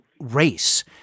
race